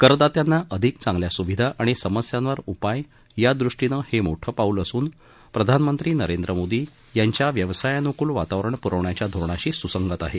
करदात्यांना अधिक चांगल्या सुविधा आणि समस्यांवर उपाय या दृष्टीनं हे मोठं पाऊल असून प्रधानमंत्री नरेंद्र मोदी यांच्या व्यवसायानुकूल वातावरण पुरवण्याच्या धोरणाशी सुसंगत आहे